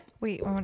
Wait